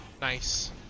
Nice